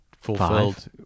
fulfilled